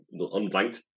unblanked